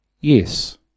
Yes